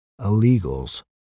illegals